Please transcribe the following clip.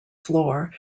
floor